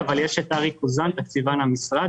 שם ראית גם ירידה בעלייה וגם מבחינת הקורונה?